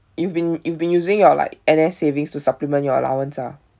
you've been you've been using your like N_S savings to supplement your allowance ah